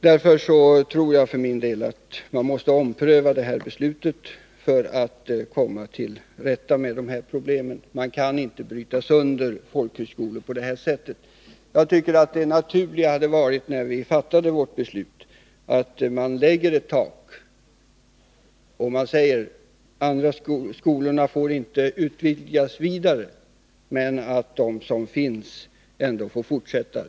För min del tror jag att man måste ompröva det här beslutet för att komma till rätta med problemen. Man kan inte bryta sönder folkhögskolor på detta sätt. Det naturliga hade varit att vi, när vi fattade vårt beslut, hade lagt ett tak som innebar att andra skolor inte får utvidgas vidare, men att de som finns får fortsätta.